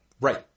Right